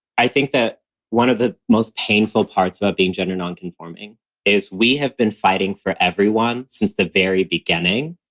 i think that one of the most painful parts about being gender nonconforming is we have been fighting for everyone since the very beginning.